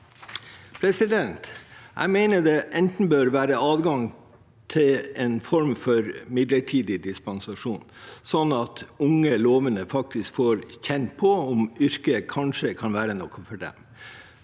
vanskelig. Jeg mener det enten bør være adgang til en form for midlertidig dispensasjon – slik at unge og lovende faktisk får kjenne på om yrket kanskje kan være noe for dem,